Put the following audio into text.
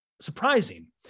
surprising